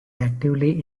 actively